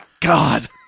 God